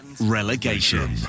relegation